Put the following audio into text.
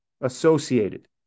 associated